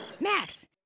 Max